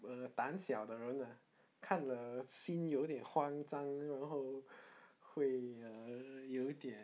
err 胆小的人 lah 看了心有点慌张然后会 uh 有点